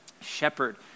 shepherd